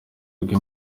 bwe